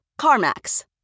CarMax